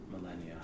millennia